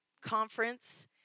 conference